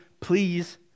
please